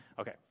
Okay